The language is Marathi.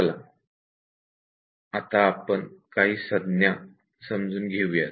चला मग आपण संज्ञा समजून घेऊयात